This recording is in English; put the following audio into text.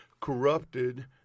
corrupted